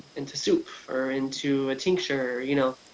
into soup or into a tincture you know,